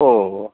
ओहो